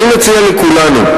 אני מציע לכולנו,